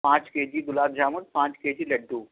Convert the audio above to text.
پانچ KG gulab jamun پانچ KG لڈو